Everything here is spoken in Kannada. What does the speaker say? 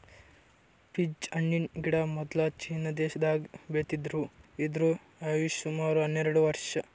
ಪೀಚ್ ಹಣ್ಣಿನ್ ಗಿಡ ಮೊದ್ಲ ಚೀನಾ ದೇಶದಾಗ್ ಬೆಳಿತಿದ್ರು ಇದ್ರ್ ಆಯುಷ್ ಸುಮಾರ್ ಹನ್ನೆರಡ್ ವರ್ಷ್